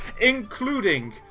including